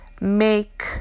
make